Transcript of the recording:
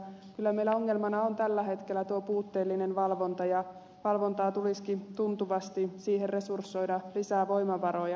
kyllä meillä ongelmana on tällä hetkellä puutteellinen valvonta ja valvontaan tulisikin tuntuvasti resursoida lisää voimavaroja